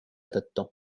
tõttu